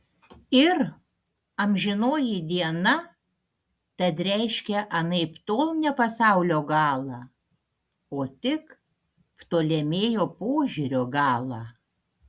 ir amžinoji diena tad reiškia anaiptol ne pasaulio galą o tik ptolemėjo požiūrio galą